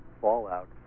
fallout